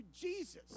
Jesus